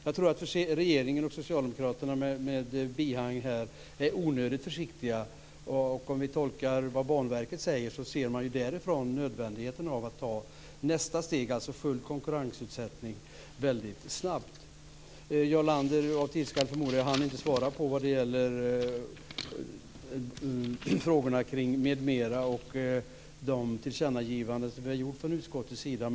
Jag tror att regeringen och socialdemokraterna med bihang är onödigt försiktiga. Om man tolkar det som Banverket säger, ser ju Banverket nödvändigheten av att snabbt ta nästa steg, alltså full konkurrensutsättning. Jarl Lander hann inte svara på frågorna kring detta med "med mera" och de tillkännagivanden som utskottet har gjort.